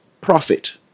profit